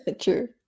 true